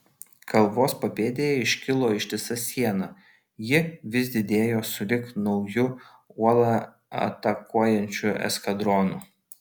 kalvos papėdėje iškilo ištisa siena ji vis didėjo sulig nauju uolą atakuojančiu eskadronu